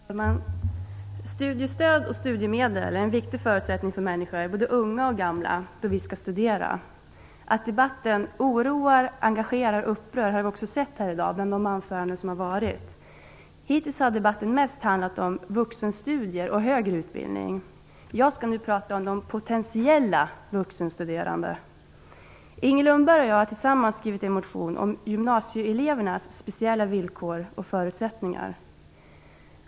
Fru talman! Studiestöd och studiemedel är en viktig förutsättning för människor, både unga och gamla, när de skall studera. Att debatten oroar, engagerar och upprör har vi också sett här i dag genom de anföranden som har varit. Hittills har debatten mest handlat om vuxenstudier och högre utbildning. Jag skall nu prata om potentiella vuxenstuderande. Inger Lundberg och jag har tillsammans skrivit en motion om gymnasieelevernas speciella villkor och förutsättningar.